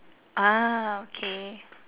ah okay